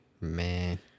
Man